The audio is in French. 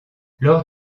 lors